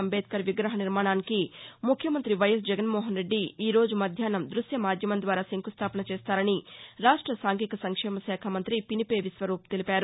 అంబేడ్కర్ విగ్రహ నిర్మాణానికి ముఖ్యమంత్రి వైఎస్ జగన్మోహన్ రెడ్డి ఈరోజు మధ్యాహ్నం దృశ్య మాధ్యమం ద్వారా శంకుస్టాపన చేస్తారని రాష్ట సాంఘిక సంక్షేమ శాఖ మంత్రి పినిపే విశ్వరూప్ తెలిపారు